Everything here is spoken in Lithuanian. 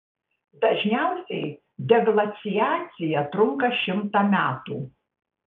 dažniausiai deglaciacija trunka šimtą metų